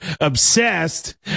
obsessed